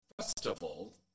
festival